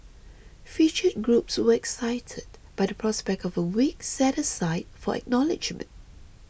featured groups were excited by the prospect of a week set aside for acknowledgement